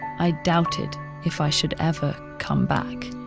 i doubted if i should ever come back.